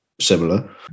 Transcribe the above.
similar